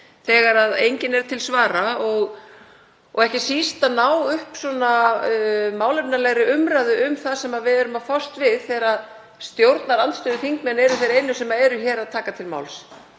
þegar enginn er til svara, og ekki síst að ná upp málefnalegri umræðu um það sem við erum að fást við þegar stjórnarandstöðuþingmenn eru þeir einu sem taka til máls